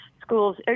schools